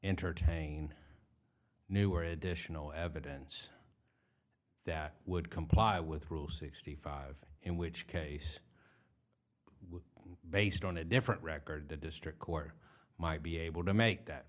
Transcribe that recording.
entertain new or additional evidence that would comply with rule sixty five in which case based on a different record the district court might be able to make that